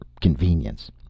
convenience